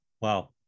Wow